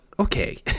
Okay